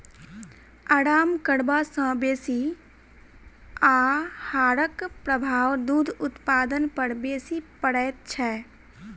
आराम करबा सॅ बेसी आहारक प्रभाव दूध उत्पादन पर बेसी पड़ैत छै